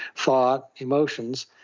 thoughts, emotions,